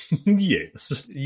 Yes